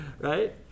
right